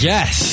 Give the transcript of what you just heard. Yes